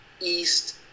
east